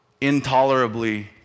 intolerably